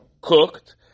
cooked